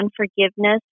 unforgiveness